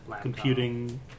computing